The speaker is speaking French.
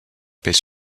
paix